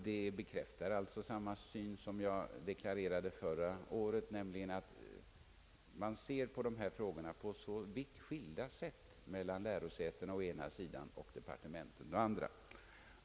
Detta bekräftar den uppfattning jag deklarerade förra året, nämligen att synen på dessa frågor är vitt skild vid lärosätena å ena sidan och i departementet å andra sidan.